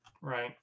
Right